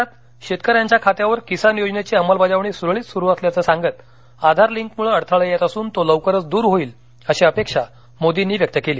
राज्यात शेतकऱ्यांच्या खात्यावर किसान योजनेची अंमलबजावणी सुरूळीत सुरू असल्याचं सांगत आधारलिंकमुळे अडथळा येत असून तो लवकरच दूर होईल अशी अपेक्षा मोदींनी व्यक्त केली